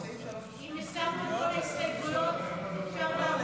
אם הסרנו את כל ההסתייגויות, אפשר לעבור,